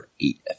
eight